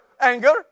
anger